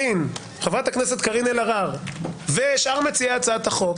חברת הכנסת קארין אלהרר ושאר מציעי הצעת החוק,